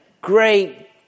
great